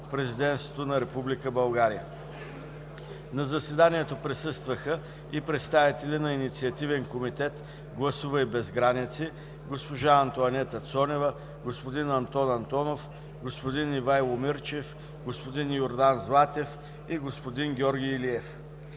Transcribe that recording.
Президентството на Република България. На заседанието присъстваха и представители на Инициативен комитет „Гласувай без граници”: госпожа Антоанета Цонева, господин Антон Антонов, господин Ивайло Мирчев, господин Йордан Златев и господин Георги Илиев.